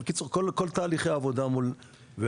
בקיצור, כל תהליכי העבודה והמבררים.